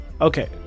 okay